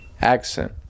accent